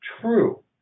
true